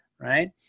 right